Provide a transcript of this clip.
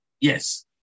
Yes